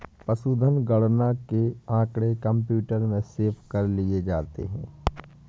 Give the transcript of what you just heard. पशुधन गणना के आँकड़े कंप्यूटर में सेव कर लिए जाते हैं